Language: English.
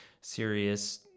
serious